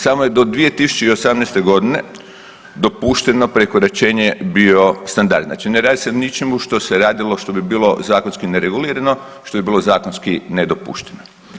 Samo je do 2018. g. dopušteno prekoračenje bio standard, znači ne radi se o ničemu što se radilo, što bi bilo zakonski neregulirano, što bi bilo zakonski nedopušteno.